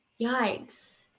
Yikes